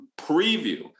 preview